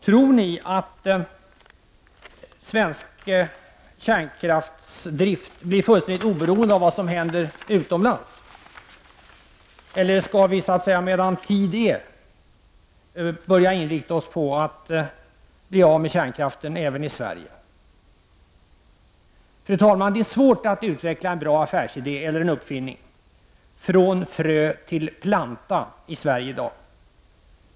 Tror ni att svensk kärnkraftsdrift blir fullständigt oberoende av vad som händer utomlands? Eller skall vi medan så att säga tid är börja inrikta oss på att bli av med kärnkraften även i Sverige? Fru talman! Det är i dag i Sverige svårt att utveckla en bra affärsidé eller en bra utveckling från frö till planta.